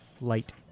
light